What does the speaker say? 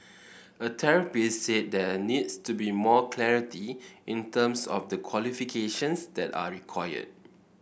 a therapist said there needs to be more clarity in terms of the qualifications that are required